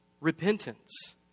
repentance